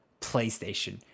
PlayStation